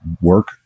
work